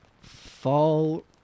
Fall